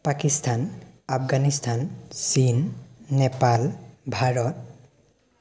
পাকিস্তান আফগানিস্তান চীন নেপাল ভাৰত